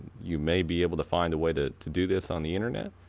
you may be able to find a way to to do this on the internet,